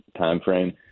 timeframe